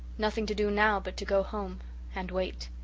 nothing to do now but to go home and wait.